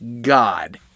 God